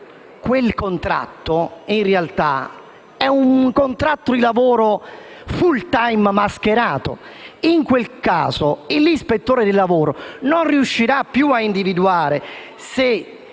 si tratta di un contratto di lavoro *full time* mascherato. In quel caso, l'ispettore del lavoro non riuscirà più a individuare se